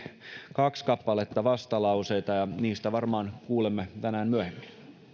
kaksi kappaletta vastalauseita ja niistä varmaan kuulemme tänään myöhemmin